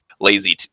lazy